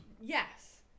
Yes